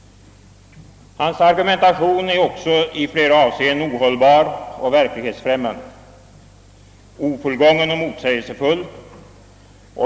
Hans argumentation är också i flera avseenden ohållbar och verklighetsfrämmande, ofullgången och motsägelsefull.